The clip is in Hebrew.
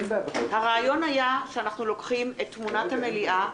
הרעיון היה שאנחנו לוקחים את תמונת המליאה,